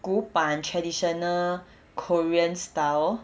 古板 traditional korean style